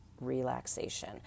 relaxation